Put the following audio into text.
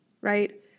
right